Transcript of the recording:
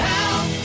Help